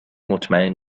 مطمئن